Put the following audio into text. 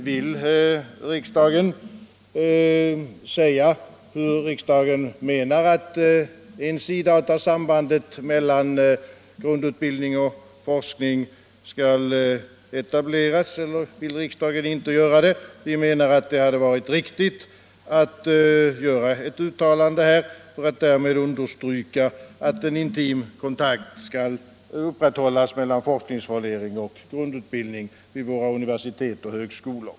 Vill riksdagen säga hur den menar att en sida av sambandet mellan grundutbildning och forskning skall etableras eller vill riksdagen inte göra det? Vi menar att det hade varit riktigt att göra ett uttalande för att därmed understryka att en intim kontakt skall upprätthållas mellan forskningsplanering och grundutbildning vid våra universitet och högskolor.